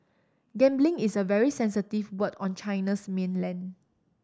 gambling is a very sensitive word on China's mainland